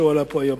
שהועלה פה היום.